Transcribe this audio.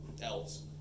elves